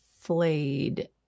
Flayed